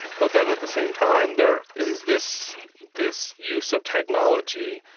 but then at the same time there is this this use of technology,